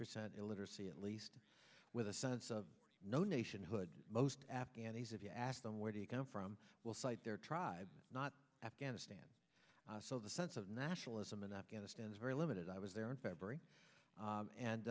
percent illiteracy at least with a sense of no nationhood most afghanis if you ask them where do you come from will cite their tribe not afghanistan so the sense of nationalism in afghanistan is very limited i was there in february